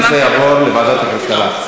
הנושא יעבור לוועדת הכלכלה.